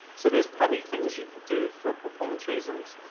so there's probably things you can do for performance reasons.